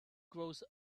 grows